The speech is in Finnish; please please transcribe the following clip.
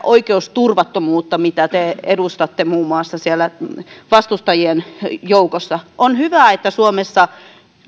oikeusturvattomuutta mitä te edustatte muun muassa siellä vastustajien joukossa on hyvä että suomessa